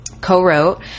co-wrote